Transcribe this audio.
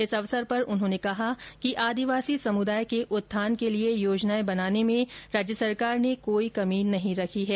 इस अवसर पर उन्होंने कहा कि आदिवासी समुदाय के उत्थान के लिए योजनाएं बनाने में राज्य सरकार ने कोई कमी नहीं रखी है